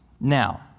Now